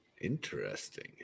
interesting